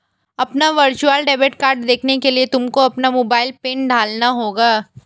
अपना virtual debit card देखने के लिए तुमको अपना मोबाइल पिन डालना होगा